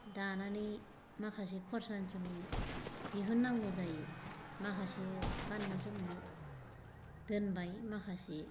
दानानै माखासे खरसानि जुनै दिहुन्नांगौ जायो माखासे गान्नो जोमनो दोनबाय माखासे